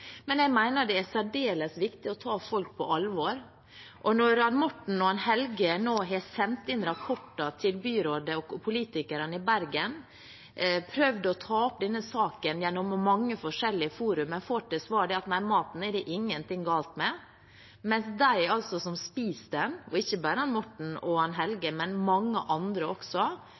Men jeg mener det er særdeles viktig å ta folk på alvor, og når Morten og Helge nå har sendt inn rapporter til byrådet og politikerne i Bergen og prøvd å ta opp denne saken gjennom mange forskjellige forum, men får til svar at maten er det ingenting galt med, mens de som spiser den – og ikke bare Morten og Helge, men også mange andre